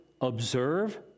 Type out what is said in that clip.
observe